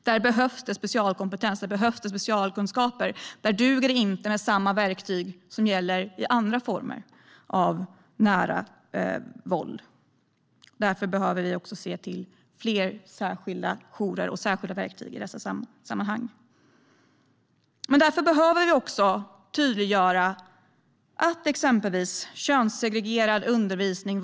Där behövs det specialkompetens. Där behövs det specialkunskaper. Där duger det inte med samma verktyg som gäller i andra former av nära våld. Därför behöver vi fler särskilda jourer och särskilda verktyg i dessa sammanhang. Men därför behöver vi också tydliggöra något. Det gäller exempelvis könssegregerad undervisning.